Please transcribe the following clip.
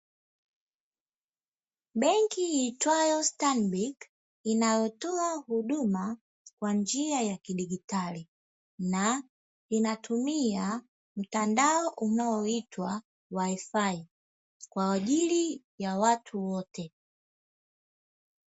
Benki iitwayo "Stanbic" inayotoa huduma kwa njia ya kidijitali, na inatumia mtandao unaoitwa "WI-FI" kwa ajili ya watu wote.